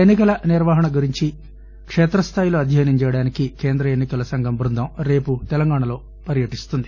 ఎన్ని కల నిర్వహణ గురించి కేత్రస్టాయిలో అధ్యయనం చేయడానికి కేంద్ర ఎన్ని కల సంఘం బృందం రేపు తెలంగాణా రాష్టంలో పర్వటిస్తుంది